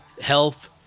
Health